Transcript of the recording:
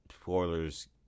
Spoilers